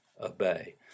obey